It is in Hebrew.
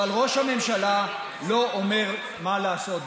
אבל ראש הממשלה לא אומר מה לעשות.